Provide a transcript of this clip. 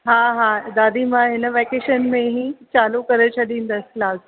हा हा दादी मां हिन वैकेशन में ई चालू करे छ्ॾींदसि क्लास